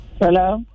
Hello